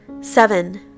seven